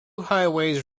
highways